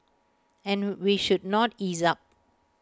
and we should not ease up